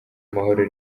amahoro